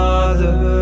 Father